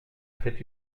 fait